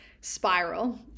spiral